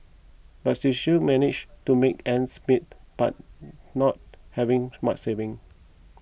but she still manages to make ends meet by not having much saving